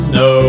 no